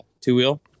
two-wheel